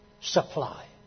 supply